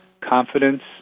confidence